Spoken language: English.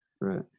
right